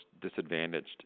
disadvantaged